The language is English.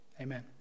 Amen